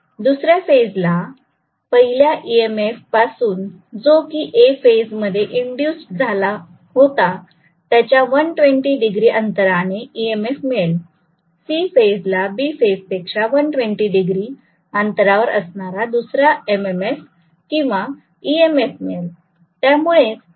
दुसऱ्या फेजला पहिल्या इ एम एफ पासून जो की A फेज मध्ये इंडूज्ड झाला होता त्याच्या 120 डिग्री अंतराने इ एम एफ मिळेल C फेजला B फेजपेक्षा 120 डिग्री अंतरावर असणारा दुसरा एम एम एफ किंवा इ एम एफ मिळेल